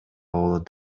болот